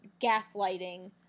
gaslighting